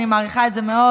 אני מעריכה את זה מאוד.